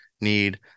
need